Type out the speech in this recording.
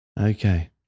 Okay